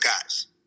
guys